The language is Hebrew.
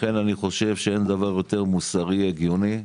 לכן, אני חושב שאין דבר יותר מוסרי והגיוני מכך,